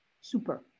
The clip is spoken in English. super